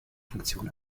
funktion